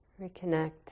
Reconnect